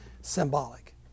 symbolic